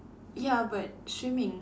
ya but swimming